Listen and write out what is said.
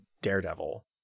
daredevil